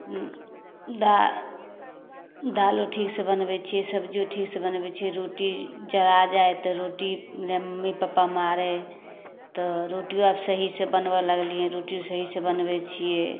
दा दालिओ ठीकसँ बनबै छिए सब्जिओ ठीकसँ बनबै छिए रोटी जरा जाइ तऽ रोटी मम्मी पप्पा मारै तऽ रोटिओ आब सहीसँ बनबऽ लगलिए रोटिओ सहीसँ बनबै छिए